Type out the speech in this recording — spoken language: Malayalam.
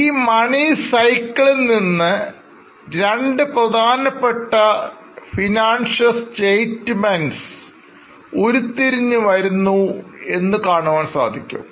ഈ മണി സൈക്കിളിൽനിന്ന് രണ്ട് പ്രധാനപ്പെട്ട Financial Statements ഉരുത്തിരിഞ്ഞു വരുന്നു എന്നു കാണുവാൻ സാധിക്കും